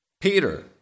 Peter